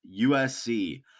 USC